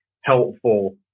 helpful